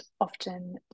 often